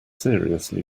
seriously